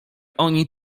oni